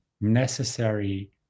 necessary